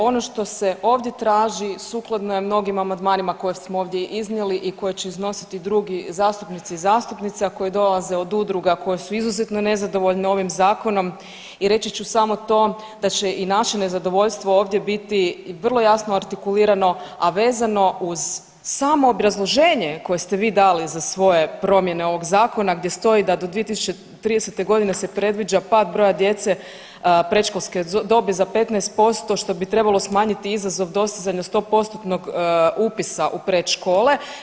Ono što se ovdje traži sukladno je mnogim amandmanima koje smo ovdje iznijeli i koje će iznositi drugi zastupnici i zastupnice a koji dolaze od udruga koje su izuzetno nezadovoljne ovim zakonom i reći ću samo to da će i naše nezadovoljstvo ovdje biti vrlo jasno artikulirano, a vezano uz samo obrazloženje koje ste vi dali za svoje promjene ovog zakona gdje stoji da do 2030. godine se predviđa pad broja djece predškolske dobi za 15% što bi trebalo smanjiti izazov dostizanja sto postotnog upisa u predškole.